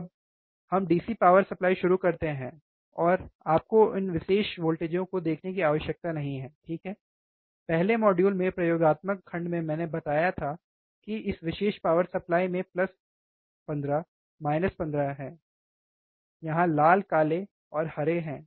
अब हम DC power supply शुरू कर सकते हैं और आपको इन विशेष वोल्टेजों को देखने की आवश्यकता नहीं है ठीक है पहले मॉड्यूल में प्रयोगात्मक खंड में मैंने बताया था कि इस विशेष पावर सप्लाई में प्लस 15 माइनस है 15 यहाँ लाल काले और हरे सही हैं